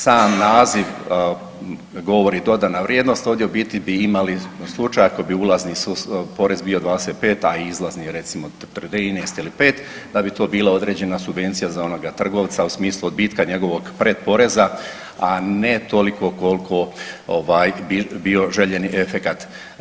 Sam naziv govori dodana vrijednost, ovdje u biti bi imali slučaj ako bi ulazni porez bio 25, a izlazni recimo 13 ili 5 da bi to bila određena subvencija za onoga trgovca u smislu odbitka njegovog pretporeza, a ne toliko koliko ovaj bi bio željeni efekat.